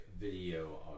video